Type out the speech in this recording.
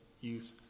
youth